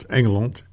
Engeland